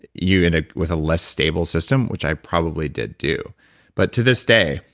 you end up with a less stable system, which i probably did do but to this day,